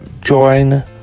join